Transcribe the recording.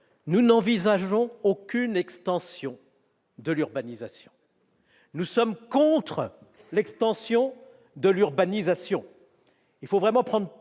nous n'envisageons aucune extension de l'urbanisation. Nous sommes contre l'extension de l'urbanisation ! Exactement ! Il faut vraiment prendre